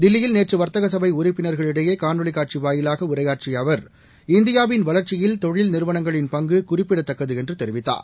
தில்லியில் நேற்று வர்த்தக சபை உறுப்பினர்களிடையே காணொலி காட்சி வாயிலாக உரையாற்றிய அவர் இந்தியாவின் வளர்ச்சியில் தொழில்நிறுவனங்களின் பங்கு குறிப்பிடத்தக்கது என்று தெரிவித்தார்